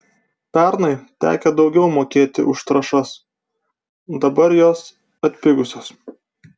pernai tekę daugiau mokėti už trąšas dabar jos atpigusios